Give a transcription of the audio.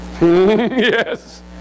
Yes